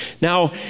Now